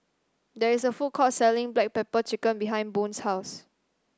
there is a food court selling Black Pepper Chicken behind Boone's house